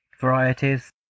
varieties